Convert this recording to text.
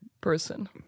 person